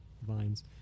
Vines